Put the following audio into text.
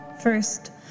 First